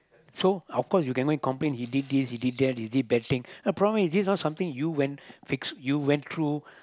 so of course you cannot complain he did this he did that he did bad thing the problem is this one something you went you fixed you went through